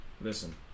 listen